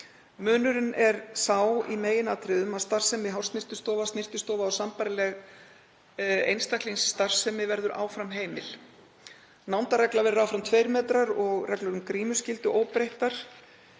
Munurinn er sá í meginatriðum að starfsemi hársnyrtistofa, snyrtistofa og sambærileg einstaklingsstarfsemi verður áfram heimil. Nándarregla verður áfram 2 metrar og reglur um grímuskyldu óbreyttar.